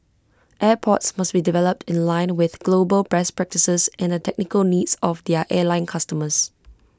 airports must be developed in line with global best practices and the technical needs of their airline customers